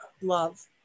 love